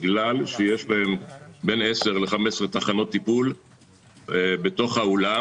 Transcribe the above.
בגלל שיש בהם בין עשר ל-15 תחנות טיפול בתוך האולם